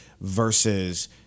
versus